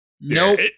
Nope